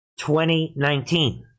2019